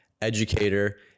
educator